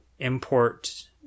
import